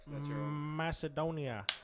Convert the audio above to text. Macedonia